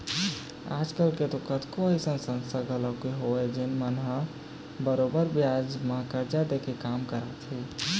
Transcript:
आज कल तो कतको अइसन संस्था घलोक हवय जेन मन ह बरोबर बियाज म करजा दे के काम करथे